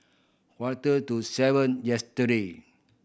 quarter to seven yesterday